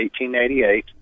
1888